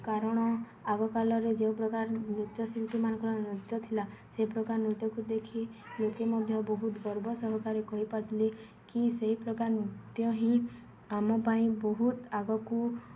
କାରଣ ଆଗକାଳରେ ଯେଉଁ ପ୍ରକାର ନୃତ୍ୟଶିଳ୍ପୀମାନଙ୍କର ନୃତ୍ୟ ଥିଲା ସେହି ପ୍ରକାର ନୃତ୍ୟକୁ ଦେଖି ଲୋକେ ମଧ୍ୟ ବହୁତ ଗର୍ବ ସହକାରେ କହିପାରୁଥିଲେ କି ସେହି ପ୍ରକାର ନୃତ୍ୟ ହିଁ ଆମ ପାଇଁ ବହୁତ ଆଗକୁ